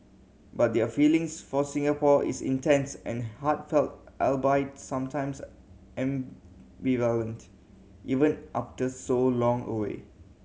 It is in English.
but their feelings for Singapore is intense and heartfelt albeit sometimes ambivalent even after so long away